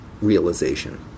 Realization